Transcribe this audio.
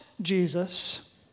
Jesus